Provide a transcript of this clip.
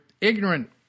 ignorant